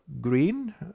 green